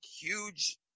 huge